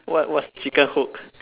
what what's chicken hook